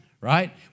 right